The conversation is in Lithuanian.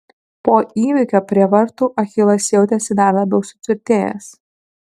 po įvykio prie vartų achilas jautėsi dar labiau sutvirtėjęs